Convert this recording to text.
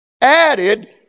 added